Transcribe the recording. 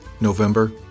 November